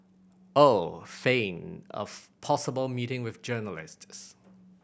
or feign of possible meeting with journalists